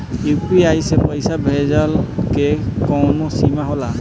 UPI से पईसा भेजल के कौनो सीमा होला?